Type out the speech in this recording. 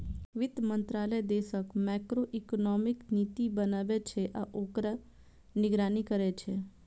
वित्त मंत्रालय देशक मैक्रोइकोनॉमिक नीति बनबै छै आ ओकर निगरानी करै छै